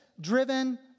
driven